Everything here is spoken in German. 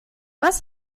was